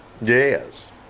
yes